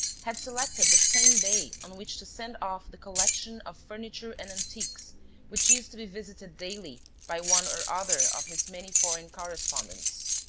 had selected the same day on which to send off the collection of furniture and antiques which used to be visited daily by one or other of his many foreign correspondents.